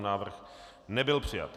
Návrh nebyl přijat.